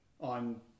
on